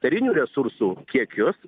karinių resursų kiekius